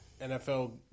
NFL